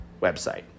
website